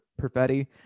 Perfetti